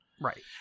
Right